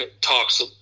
talks